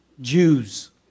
Jews